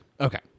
Okay